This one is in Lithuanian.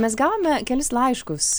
mes gavome kelis laiškus